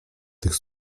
tych